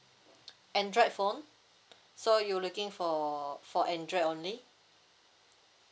android phone so you looking for for android only